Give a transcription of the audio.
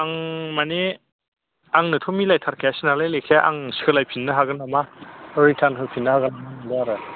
आं माने आंनो थ' मिलायथारखायासै नालाय लेखाया आं सोलाय फिननो हागोन नामा रिटार्न होफिननो हागोन नामा नंदों आरो